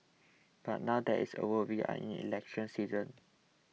but now that is over we are in election season